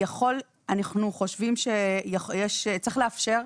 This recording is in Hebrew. אנחנו חושבים שצריך לאפשר,